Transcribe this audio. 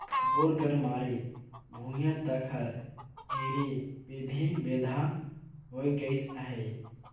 bore कर मारे भुईया तक हर ढेरे बेधे बेंधा होए गइस अहे